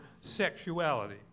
sexuality